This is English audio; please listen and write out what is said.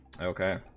Okay